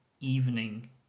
evening